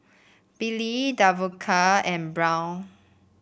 Billy Davonta and Brown